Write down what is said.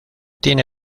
tiene